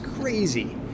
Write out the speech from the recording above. crazy